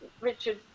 Richard